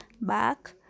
back